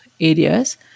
areas